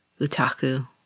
Utaku